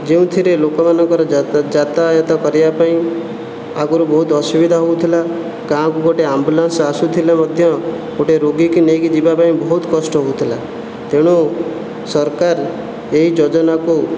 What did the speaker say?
ଯେଉଁଥିରେ ଲୋକମାନଙ୍କର ଯାତାୟତ କରିବା ପାଇଁ ଆଗରୁ ବହୁତ ଅସୁବିଧା ହେଉଥିଲା ଗାଁକୁ ଗୋଟେ ଆମ୍ବୁଲାନ୍ସ ଆସୁଥିଲେ ମଧ୍ୟ ଗୋଟିଏ ରୋଗୀ କି ନେଇକି ଯିବା ପାଇଁ ବହୁତ କଷ୍ଟ ହେଉଥିଲା ତେଣୁ ସରକାର ଏହି ଯୋଜନାକୁ